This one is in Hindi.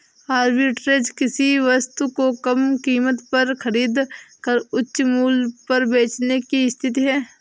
आर्बिट्रेज किसी वस्तु को कम कीमत पर खरीद कर उच्च मूल्य पर बेचने की स्थिति है